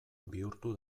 bihurtu